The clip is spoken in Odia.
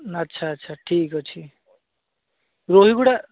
ଆଚ୍ଛା ଆଚ୍ଛା ଠିକ୍ଅଛି ରୋହିଗୁଡ଼ା